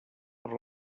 per